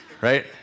Right